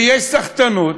ויש סחטנות,